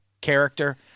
character